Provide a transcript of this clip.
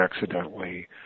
accidentally